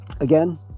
again